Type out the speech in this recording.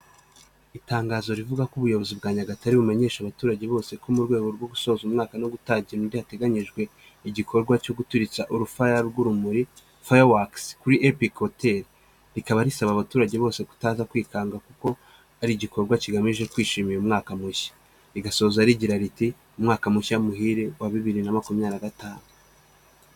Itangazo rivuga ko ubuyobozi bwa Nyagatare bumenyeshe abaturage bose ko mu rwego rwo gusoza umwaka no gutangira undi hateganyijwe igikorwa cyo guturitsa urufaya rw'urumuri faya wakisi kuri epiki hoteli, rikaba risaba abaturage bose kutaza kwikanga kuko ari igikorwa kigamije kwishimira umwaka mushya, rigasoza rigira riti umwaka mushya muhire wa bibiri na makumyabiri na gatanu.